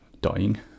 dying